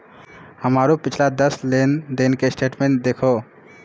हमरो पिछला दस लेन देन के स्टेटमेंट देहखो